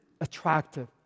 attractive